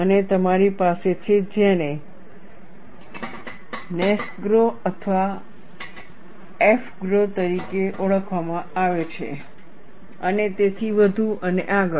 અને તમારી પાસે છે જેને NASGRO અને AFGRO તરીકે ઓળખવામાં આવે છે અને તેથી વધુ અને આગળ